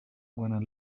when